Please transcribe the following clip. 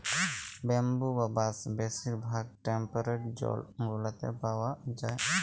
bamboo বা বাঁশ বেশির ভাগ টেম্পরেট জোল গুলাতে পাউয়া যায়